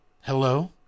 Hello